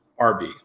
RB